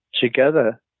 together